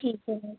ठीक है मैम